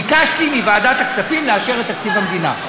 ביקשתי מוועדת הכספים לאשר את תקציב המדינה.